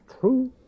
true